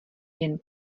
jen